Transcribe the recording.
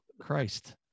christ